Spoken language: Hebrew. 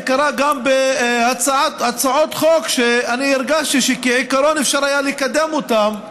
זה קרה גם בהצעות חוק שאני הרגשתי שכעיקרון אפשר היה לקדם אותן,